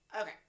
Okay